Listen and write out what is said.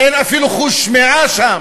אין אפילו חוש שמיעה שם,